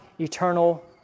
eternal